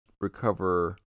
recover